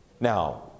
Now